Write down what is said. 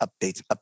updates